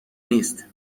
نیست